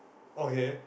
okay